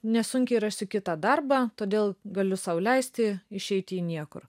nesunkiai rasiu kitą darbą todėl galiu sau leisti išeiti į niekur